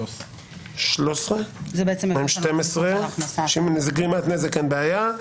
סעיף 12 "גרימת נזק" אין בעיה.